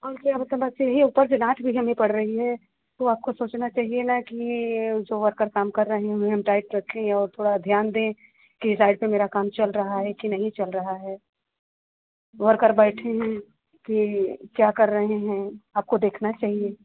अब क्या अब तो ऊपर से डाँट भी हमें ही पड़ रही है तो आपको सोचना चहिए ना कि जो वर्कर काम कर रहे उन्हें हम टाइट रखें और थोड़ा ध्यान दें कि साइड पर मेरा काम चल रहा है कि नहीं चल रहा है वर्कर बैठे हैं कि क्या कर रहे हैं आपको देखना चहिए